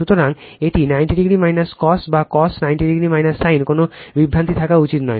সুতরাং এটি 90o cos বা cos 90o sin কোন বিভ্রান্তি থাকা উচিত নয়